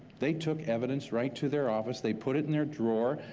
they took evidence right to their office, they put it in their drawer.